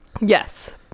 yes